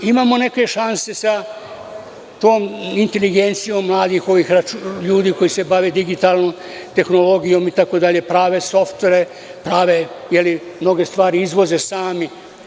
Imamo neke šanse sa tom inteligencijom mladih ljudi koji se bave digitalnom tehnologijom, prave softfere, mnoge stvari izvoze sami.